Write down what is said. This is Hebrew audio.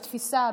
בתפיסה,